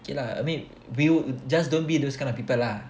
okay lah I mean we'll just don't be those kind of people lah